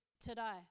today